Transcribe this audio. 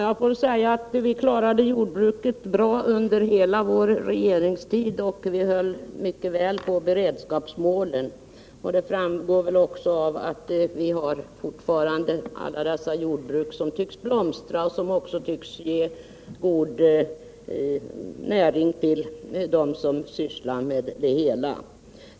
Herr talman! Vi klarade jordbruket bra under hela vår regeringstid och höll mycket väl reda på beredskapsmålen. Det framgår av att vi fortfarande har alla dessa jordbruk, som tycks blomstra och ge god näring åt sina utövare.